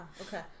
Okay